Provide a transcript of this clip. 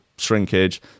shrinkage